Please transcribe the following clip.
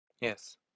Yes